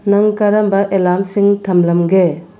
ꯅꯪ ꯀꯔꯝꯕ ꯑꯦꯂꯥꯔ꯭ꯃꯁꯤꯡ ꯊꯝꯂꯝꯒꯦ